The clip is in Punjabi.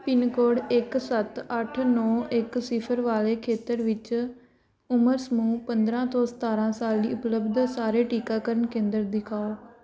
ਪਿੰਨਕੋਡ ਇੱਕ ਸੱਤ ਅੱਠ ਨੌਂ ਇੱਕ ਸਿਫਰ ਵਾਲੇ ਖੇਤਰ ਵਿੱਚ ਉਮਰ ਸਮੂਹ ਪੰਦਰ੍ਹਾਂ ਤੋਂ ਸਤਾਰ੍ਹਾਂ ਸਾਲ ਲਈ ਉਪਲਬਧ ਸਾਰੇ ਟੀਕਾਕਰਨ ਕੇਂਦਰ ਦਿਖਾਓ